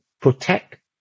protect